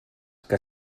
que